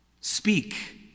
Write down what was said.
speak